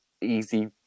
easy